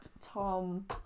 Tom